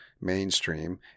mainstream